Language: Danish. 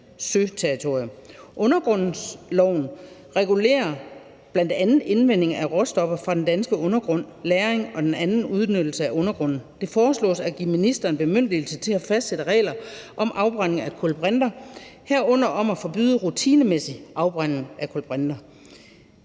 Undergrundsloven regulerer bl.a. indvinding af råstoffer fra den danske undergrund samt lagring og anden udnyttelse af undergrunden. Det foreslås at give ministeren bemyndigelse til at fastsætte regler om afbrænding af kulbrinter, herunder om at forbyde rutinemæssig afbrænding af kulbrinter.